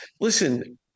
Listen